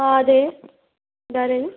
ആതെ ഇതാരാണ്